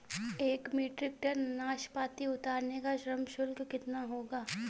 एक metric ton नाशपाती उतारने का श्रम शुल्क कितना होगा?